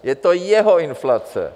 Je to jeho inflace!